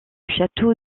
château